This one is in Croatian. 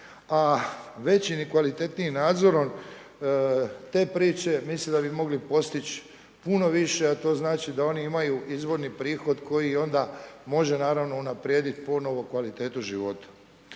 a većim i kvalitetnijim nadzorom, te priče mislim da bi mogli postići puno više a to znači da oni imaju izvorni prihod koji onda može naravno unaprijediti ponovno kvalitetu života.